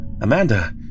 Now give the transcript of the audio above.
Amanda